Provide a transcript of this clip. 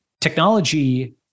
technology